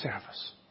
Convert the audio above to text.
service